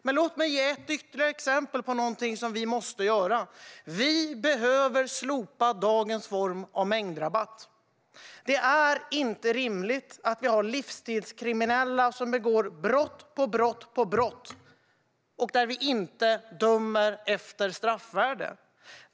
Men låt mig ge ytterligare ett exempel på någonting som vi måste göra: Vi behöver slopa dagens form av mängdrabatt. Det är inte rimligt att vi har livsstilskriminella som begår brott efter brott utan att vi dömer efter straffvärde.